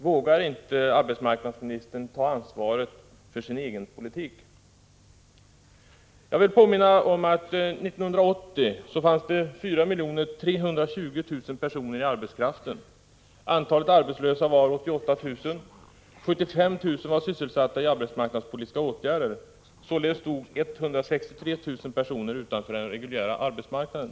Vågar inte arbetsmarknadsministern ta ansvaret för sin egen politik? Jag vill påminna om att det 1980 fanns 4 320 000 personer i arbetskraften, att antalet arbetslösa var 88 000, att 75 000 var sysselsatta i arbetsmarknadspolitiska åtgärder. Således stod 163 000 personer utanför den reguljära arbetsmarknaden.